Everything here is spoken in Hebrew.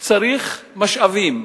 צריך משאבים.